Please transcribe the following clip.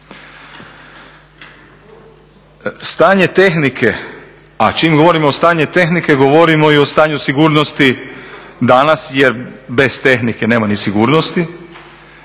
Stanje tehnike, a čim govorimo o stanju tehnike, govorimo i o stanju sigurnosti danas jer bez tehnike nema ni sigurnosti,